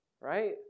right